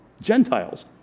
Gentiles